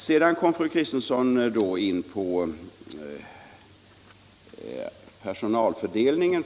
Sedan kom fru Kristensson in på personalfördelningen.